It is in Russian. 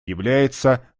является